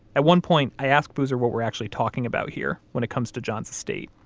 at one point, i ask boozer what we're actually talking about here when it comes to john's estate.